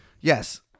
yes